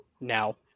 now